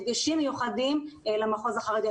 הדגשים מיוחדים למחוז החרדי,